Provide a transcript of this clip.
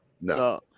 no